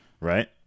Right